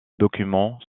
documents